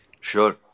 Sure